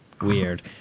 weird